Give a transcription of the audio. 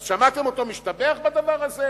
אז שמעתם אותו משתבח בדבר הזה?